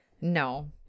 No